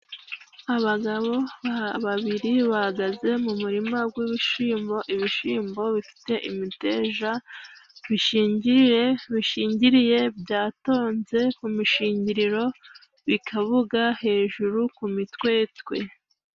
Abagabo babiri bahagaze mu murima gw'ibishimbo, ibishimbo bifite imiteja bishingiriye, bishingiriye byatonze ku mishingiriro bikabuga hejuru ku mitwetwe.